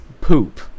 poop